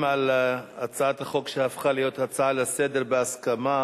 על הצעת החוק, שהפכה להיות הצעה לסדר-היום בהסכמה